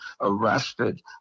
arrested